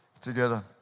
together